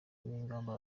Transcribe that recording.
n’ingamba